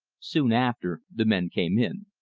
soon after, the men came in.